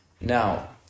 Now